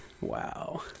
Wow